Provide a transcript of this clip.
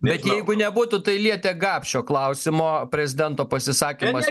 bet jeigu nebūtų tai lietė gapšio klausimo prezidento pasisakymas